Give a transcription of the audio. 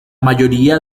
mayoría